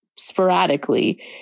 sporadically